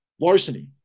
larceny